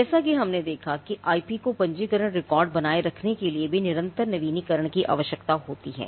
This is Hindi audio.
जैसा कि हमने देखा है कि आईपी को पंजीकरण रिकॉर्ड बनाए रखने के लिए भी निरंतर नवीनीकरण की आवश्यकता होती है